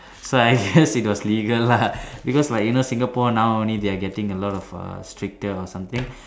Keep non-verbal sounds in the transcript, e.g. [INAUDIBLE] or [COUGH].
so I [BREATH] guess it was legal lah because like you know Singapore now only they are getting a lot of err stricter or something